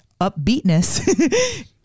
upbeatness